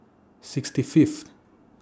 sixty Fifth